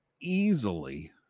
easily